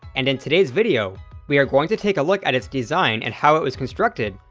and in today's video we are going to take a look at its design and how it was constructed,